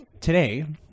today